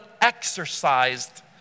exercised